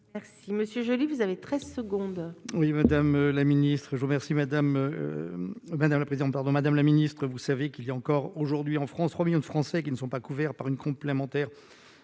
Merci monsieur Joly, vous avez 13 secondes.